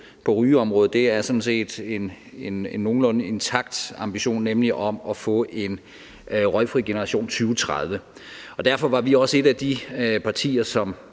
på rygeområdet er en nogenlunde intakt ambition, nemlig om at få en røgfri generation 2030. Derfor var vi også et af de partier, som